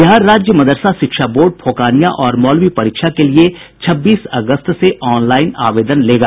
बिहार राज्य मदरसा शिक्षा बोर्ड फोकानिया और मौलवी परीक्षा के लिये छब्बीस अगस्त से ऑनलाईन आवेदन होगा